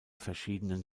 verschiedenen